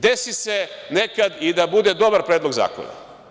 Desi se nekad i da bude dobar predlog zakona.